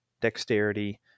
Dexterity